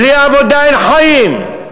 בלי עבודה אין חיים.